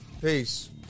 Peace